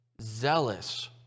zealous